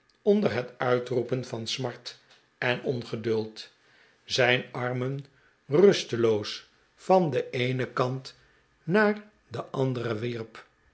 onder uitroepen van smart en ongeduld zijn armen rusteloos van den eenen kant naar den anderen wierp